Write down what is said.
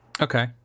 Okay